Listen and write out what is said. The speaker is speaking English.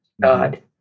God